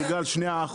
בגלל 2%,